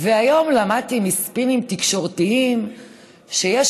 והיום למדתי מספינים תקשורתיים שיש